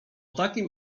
takim